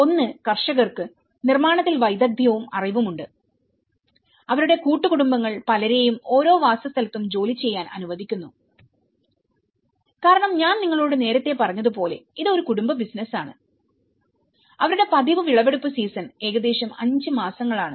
ഒന്ന് കർഷകർക്ക് നിർമ്മാണത്തിൽ വൈദഗ്ധ്യവും അറിവും ഉണ്ട് അവരുടെ കൂട്ടുകുടുംബങ്ങൾ പലരെയും ഓരോ വാസസ്ഥലത്തും ജോലി ചെയ്യാൻ അനുവദിക്കുന്നു കാരണം ഞാൻ നിങ്ങളോട് നേരത്തെ പറഞ്ഞതുപോലെ ഇത് ഒരു കുടുംബ ബിസിനസാണ് അവരുടെ പതിവ് വിളവെടുപ്പ് സീസൺ ഏകദേശം 5 മാസങ്ങൾ ആണ്